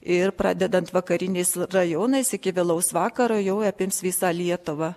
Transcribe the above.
ir pradedant vakariniais rajonais iki vėlaus vakaro jau apims visą lietuvą